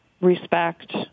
Respect